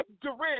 Durant